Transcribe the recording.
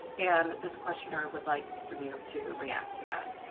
and this questioner would like for you to react to that.